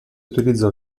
utilizza